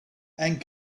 and